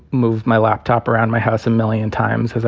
move my laptop around my house a million times.